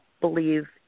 believe